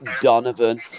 Donovan